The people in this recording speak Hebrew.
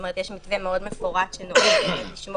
כלומר, יש מתווה מאוד מפורט שנועד לשמור.